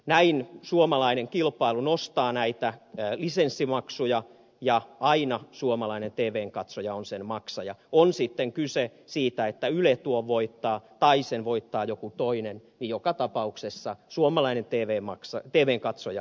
näin suomalainen kilpailu nostaa näitä lisenssimaksuja ja aina suomalainen tvn katsoja on maksaja on sitten kyse siitä voittaako yle vai voittaako joku toinen joka tapauksessa suomalainen tvn katsoja on se maksaja